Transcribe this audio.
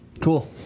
cool